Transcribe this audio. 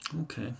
Okay